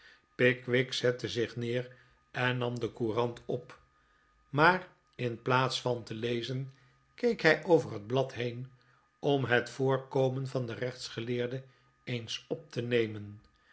pickwick zette zich neer en nam de courant op maar in plaats van te lezen keek hij over het blad heen om het voorkomen van den rechtsgeleerde eens op te nemen